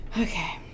Okay